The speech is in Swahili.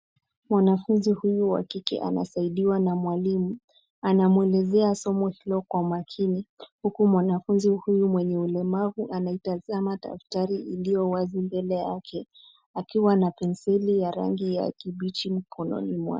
Mwanafunzi huyu wa kike anasaidiwa na mwalimu, anamwelezea somo hilo kwa makini huku mwanafunzi huyu mwenye ulemavu anaitazama daftari iliyowazi mbele yake akiwa na penseli ya rangi ya kibichi mkononi mwake.